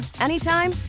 anytime